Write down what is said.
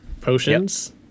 potions